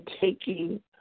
taking